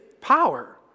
power